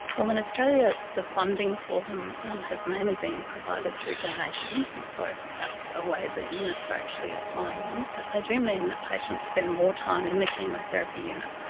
well, in australia the funding for them um has mainly been provided through donations, and so that's a way that units are actually applying them, but they do mean that patients spend more time in the chemotherapy unit.